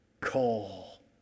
call